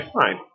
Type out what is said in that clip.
fine